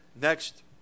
Next